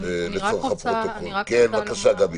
בבקשה, גבי.